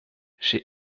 j’ai